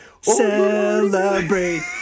celebrate